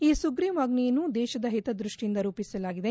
ಈ ಸುಗ್ರೀವಾಜ್ವೆಯನ್ನು ದೇಶದ ಹಿತದ್ವಶ್ಯಿಯಿಂದ ರೂಪಿಸಲಾಗಿದೆ